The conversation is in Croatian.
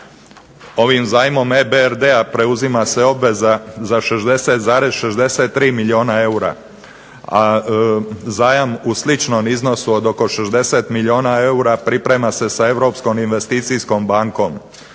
Ovim zajmom EBRD-a preuzima se obveza za 60,63 milijuna eura, a zajam u sličnom iznosu od oko 60 milijuna eura priprema se sa Europskom investicijskom bankom.